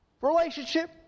relationship